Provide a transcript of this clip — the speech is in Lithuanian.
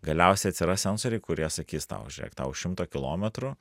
galiausiai atsiras sensoriai kurie sakys tau žiūrėk tau už šimto kilometrų